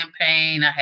campaign